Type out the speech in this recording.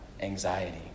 anxiety